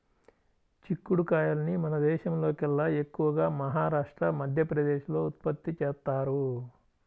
చిక్కుడు కాయల్ని మన దేశంలోకెల్లా ఎక్కువగా మహారాష్ట్ర, మధ్యప్రదేశ్ లో ఉత్పత్తి చేత్తారు